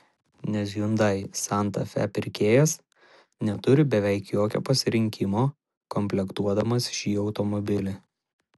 nes hyundai santa fe pirkėjas neturi beveik jokio pasirinkimo komplektuodamas šį automobilį